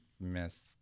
Miss